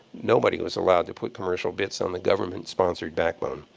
nobody was allowed to put commercial bits on the government-sponsored backbone.